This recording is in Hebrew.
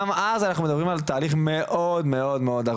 גם אז אנחנו מדברים על תהליך מאוד ארוך.